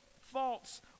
false